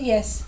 Yes